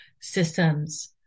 systems